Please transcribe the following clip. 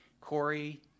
Corey